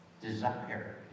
desire